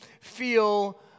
feel